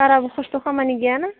बाराबो खस्थ' खामानि गैयाना